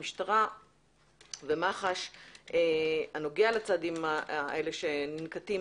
המשטרה ומח"ש הנוגע לצעדים הללו שננקטים